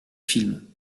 films